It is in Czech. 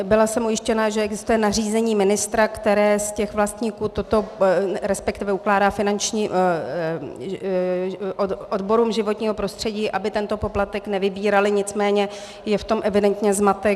Byla jsem ujištěna, že existuje nařízení ministra, které z těch vlastníků toto, respektive ukládá finančním... odborům životního prostředí, aby tento poplatek nevybíraly, nicméně je v tom evidentně zmatek.